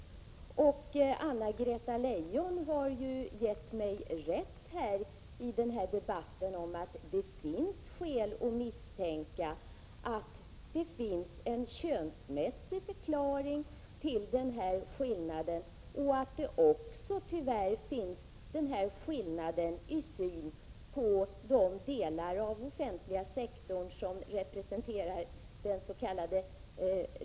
Anna-Greta Leijon har ju i den här debatten gett mig rätt i att man kan ha skäl att misstänka att det finns en könsmässig förklaring till skillnaderna och att det tyvärr också finns en skillnad i syn på de delar av den offentliga sektorn som representerar dens.k.